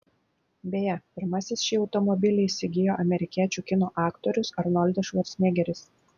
beje pirmasis šį automobilį įsigijo amerikiečių kino aktorius arnoldas švarcnegeris